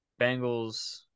Bengals